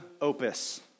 opus